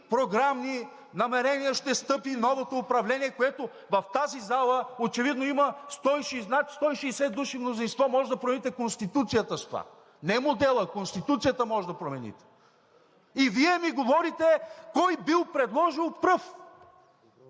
програмни намерения ще стъпи новото управление, което в тази зала очевидно има над 160 души мнозинство. Може да промените Конституцията с това, а не модела – Конституцията може да промените. И Вие ми говорите кой бил предложил пръв,